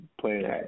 playing